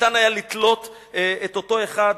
וניתן היה לתלות את אותו אחד.